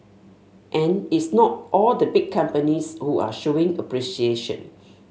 and it's not all the big companies who are showing appreciation